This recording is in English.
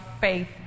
faith